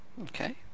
okay